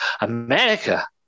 America